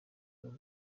rw’u